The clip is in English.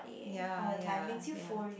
ya ya ya